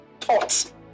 thoughts